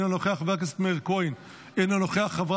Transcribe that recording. אינו נוכח,